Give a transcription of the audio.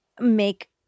make